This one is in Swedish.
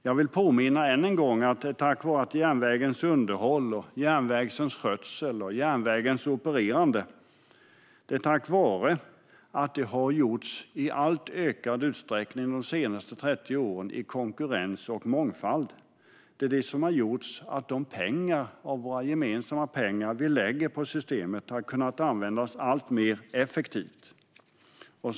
Jag vill påminna än en gång om att det är tack vare att järnvägens underhåll, järnvägens skötsel och järnvägens opererande i allt större utsträckning de senaste 30 åren har skett i konkurrens och mångfald som de gemensamma pengar vi lägger på systemet har kunnat användas alltmer effektivt. Fru talman!